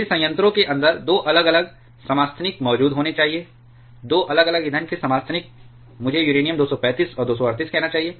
फिर संयंत्रों के अंदर 2 अलग अलग समस्थानिक मौजूद होने चाहिए 2 अलग अलग ईंधन के समस्थानिक मुझे यूरेनियम 235 और 238 कहना चाहिए